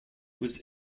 was